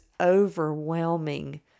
overwhelming